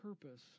purpose